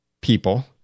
people